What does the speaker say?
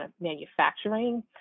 manufacturing